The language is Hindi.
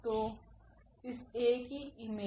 तो इस𝐴की इमेज